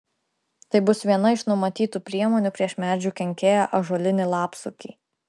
tai bus viena iš numatytų priemonių prieš medžių kenkėją ąžuolinį lapsukį